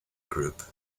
group